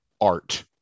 art